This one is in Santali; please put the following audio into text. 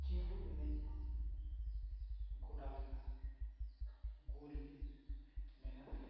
ᱪᱤᱸᱰᱩ ᱮᱱᱮᱡ ᱜᱚᱰᱟ ᱞᱮᱠᱟ ᱜᱳᱞ ᱜᱮ ᱢᱮᱱᱟᱜᱼᱟ